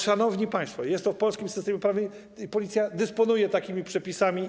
Szanowni państwo, jest to w polskim systemie prawnym i Policja dysponuje takimi przepisami.